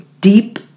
deep